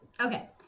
Okay